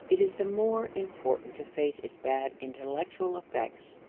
it is the more important to face its bad intellectual effects.